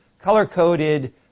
color-coded